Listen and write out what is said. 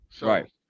Right